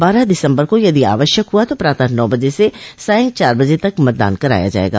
बारह दिसम्बर को यदि आवश्यक हुआ तो प्रातः नौ बजे से सांय चार बजे तक मतदान कराया जायेगा